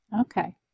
Okay